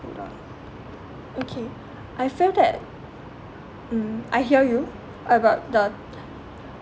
hold on ah okay I feel that mm I hear you about the